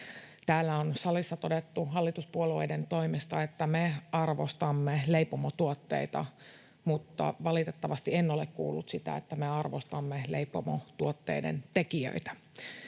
Täällä on salissa todettu hallituspuolueiden toimesta, että ”me arvostamme leipomotuotteita”. Mutta valitettavasti en ole kuullut sitä, että me arvostamme leipomotuotteiden tekijöitä.